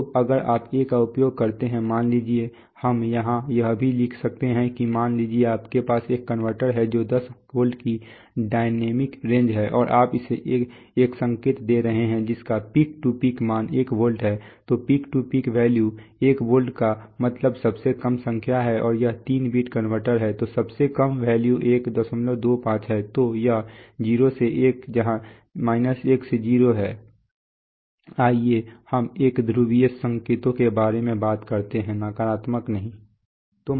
तो अगर आप a का उपयोग करते हैं मान लीजिए हम यहां यह भी लिख सकते हैं कि मान लीजिए आपके पास एक कन्वर्टर है जो 10 वोल्ट की डायनेमिक रेंज है और आप इसे एक संकेत दे रहे हैं जिसका पीक टू पीक मान 1 वोल्ट है तो peak to peak value 1 volt का मतलब सबसे कम संख्या है और यह 3 बिट कन्वर्टर है तो सबसे कम वैल्यू 125 है तो यह 0 से 1 जहां 1 से 0 हैं आइए हम एकध्रुवीय संकेतों के बारे में बात करते हैं नकारात्मक के बारे में नहीं